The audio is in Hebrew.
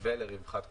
מתווה לרווחת כולם.